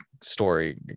story